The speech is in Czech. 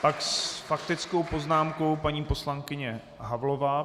S faktickou poznámkou paní poslankyně Havlová.